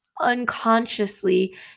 unconsciously